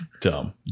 dumb